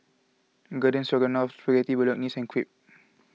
Garden Stroganoff Spaghetti Bolognese Crepe